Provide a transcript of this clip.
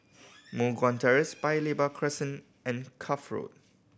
Moh Guan Terrace Paya Lebar Crescent and Cuff Road